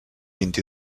vint